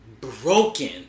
broken